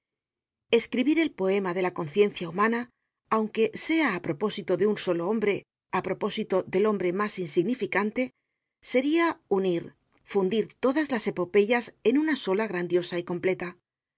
escribir el poema de la conciencia humana aunque sea á propósito de un solo hombre á propósito del hombre mas insignificante seria unir fundir todas las epopeyas en una sola grandiosa y completa la